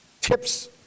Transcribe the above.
tips